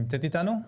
שלום.